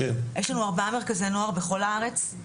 יש לנו ארבעה מרכזי נוער בכל הארץ.